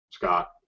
Scott